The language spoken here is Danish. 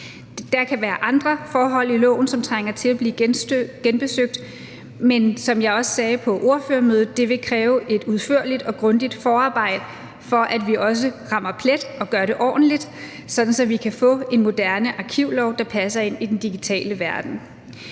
Der kan være andre forhold i loven, som trænger til at blive genbesøgt, men som jeg også sagde på ordførermødet, vil det kræve et udførligt og grundigt forarbejde, for at vi også rammer plet og gør det ordentligt, sådan at vi kan få en moderne arkivlov, der passer ind i den digitale verden.